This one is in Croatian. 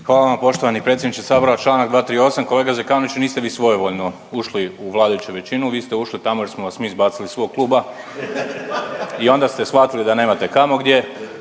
Hvala vam poštovani predsjedniče Sabora. Čl. 238, kolega Zekanoviću, niste vi svojevoljno ušli u vladajuću većinu, vi ste ušli tamo jer smo vas mi izbacili iz svog kluba i onda ste shvatili da nemate kamo gdje,